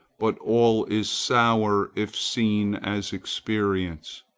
but all is sour, if seen as experience.